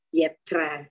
yatra